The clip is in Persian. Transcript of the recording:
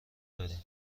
دارین